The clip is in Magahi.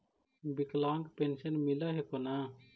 विकलांग पेन्शन मिल हको ने?